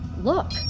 look